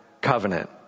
covenant